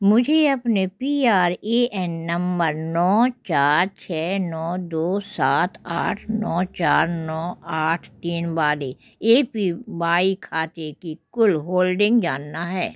मुझे अपने P R A N number नौ चार छः नौ दो सात आठ नौ चार नौ आठ तीन वाले ए पी वाई खाते की कुल होल्डिंग जानना है